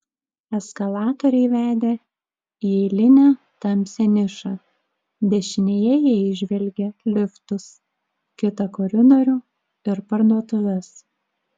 eskalatoriai vedė į eilinę tamsią nišą dešinėje jie įžvelgė liftus kitą koridorių ir parduotuves